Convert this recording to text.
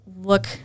look